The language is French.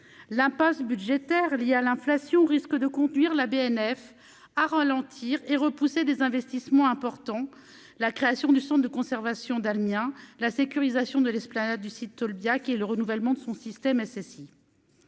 l'impasse budgétaire liée à l'inflation risque de conduire la BNF à ralentir et repousser des investissements importants, la création du Centre de conservation Damien la sécurisation de l'esplanade du site de Tolbiac et le renouvellement de son système à